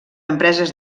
empreses